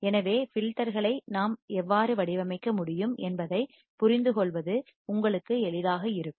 எனவே வடிப்பான்களை பில்டர்களை நாம் எவ்வாறு வடிவமைக்க முடியும் என்பதைப் புரிந்துகொள்வது உங்களுக்கு எளிதாக இருக்கும்